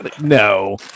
no